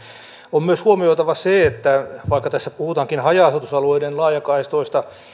on myös huomioitava se että vaikka tässä puhutaankin haja asutusalueiden laajakaistoista